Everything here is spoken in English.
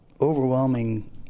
overwhelming